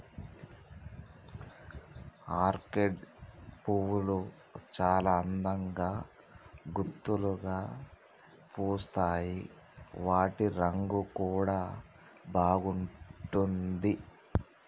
orchid పువ్వులు చాల అందంగా గుత్తులుగా పూస్తాయి వాటి రంగు కూడా బాగుంటుంది